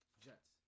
Jets